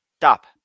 Stop